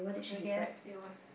I guess it was